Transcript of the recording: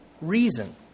reason